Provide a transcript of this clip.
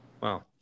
Wow